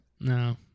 No